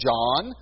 John